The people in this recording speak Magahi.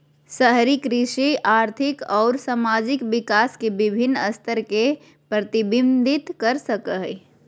शहरी कृषि आर्थिक अउर सामाजिक विकास के विविन्न स्तर के प्रतिविंबित कर सक हई